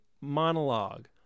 monologue